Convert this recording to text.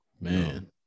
man